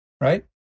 right